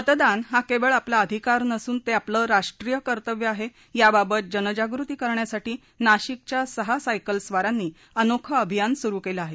मतदान हा केवळ आपला अधिकार नसून ते आपले राष्ट्रीय कर्तव्य आहे याबाबत जनजागृती करण्यासाठी नाशिकच्या सहा सायकलस्वारांनी अनोखे अभियान सुरु केले आहे